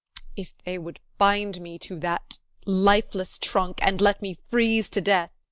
if they would bind me to that lifeless trunk, and let me freeze to death.